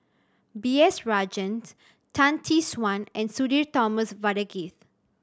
B S Rajhans Tan Tee Suan and Sudhir Thomas Vadaketh